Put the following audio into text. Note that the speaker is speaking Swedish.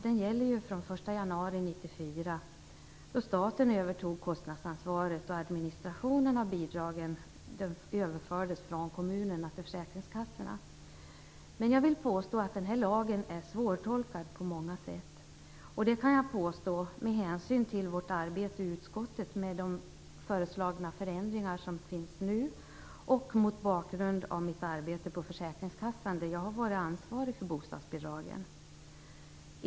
Den gäller från den 1 januari 1994 då staten övertog kostnadsansvaret och administrationen av bidragen överfördes från kommunerna till försäkringskassorna. Jag vill påstå att den här lagen är svårtolkad på många sätt. Det gör jag med hänsyn till vårt arbete i utskottet med de föreslagna förändringarna och mot bakgrund av mitt arbete på försäkringskassan där jag har varit ansvarig för bostadsbidragen.